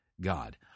God